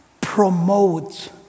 promotes